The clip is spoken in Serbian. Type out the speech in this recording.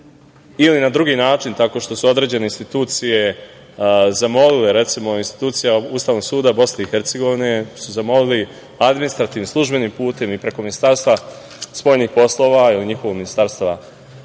ili na drugi način, tako što su određene institucije zamolile, recimo, institucija Ustavnog suda BiH, administrativnim, službenim putem preko Ministarstva spoljnih poslova ili njihovog Ministarstva